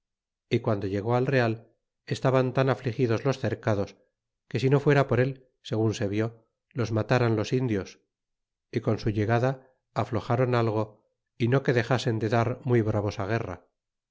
y guando llegó al real estaban tan afligidos los cercados que si no fuera por él segun se vid los mataran los indios y con au llegada afloxaron algo y no que dexasen de dar me bramase guerra